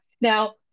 Now